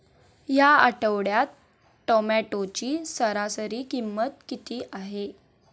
या आठवड्यात टोमॅटोची सरासरी किंमत किती आहे?